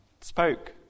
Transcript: spoke